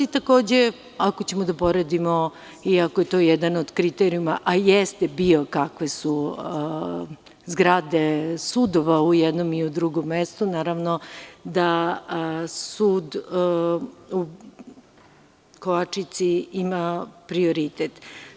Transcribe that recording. Ako ćemo da poredimo i ako je to jedan od kriterijuma, a jeste bio, kakve su zgrade sudova u jednom i u drugom mestu, naravno da sud u Kovačici ima prioritet.